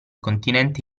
continente